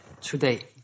today